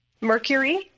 Mercury